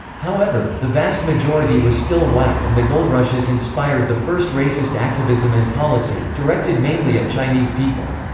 however, the vast majority was still white and the goldrushes inspired the first racist activism and policy, directed mainly at chinese people.